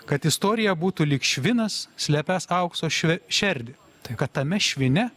kad istorija būtų lyg švinas slepiąs aukso šve šerdį tai kad tame švine